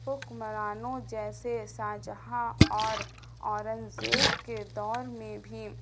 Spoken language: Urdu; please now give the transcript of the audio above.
حکمرانوں جیسے شاہ جہاں اور اورنگزیب کے دور میں بھی